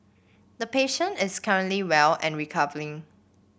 the patient is currently well and recovering